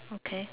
okay